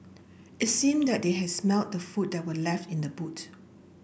it seemed that they had smelt the food that were left in the boot